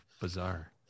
bizarre